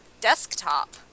desktop